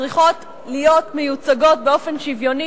צריכות להיות מיוצגות באופן שוויוני